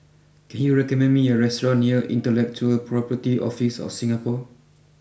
can you recommend me a restaurant near Intellectual Property Office of Singapore